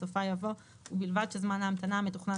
בסופה יבוא: "ובלבד שזמן ההמתנה המתוכנן